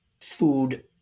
food